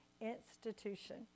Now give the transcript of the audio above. institution